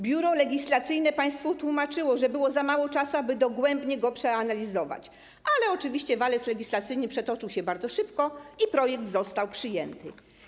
Biuro Legislacyjne państwu tłumaczyło, że było za mało czasu, aby dogłębnie go przeanalizować, ale oczywiście walec legislacyjny przetoczył się bardzo szybko i projekt został przyjęty.